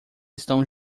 estão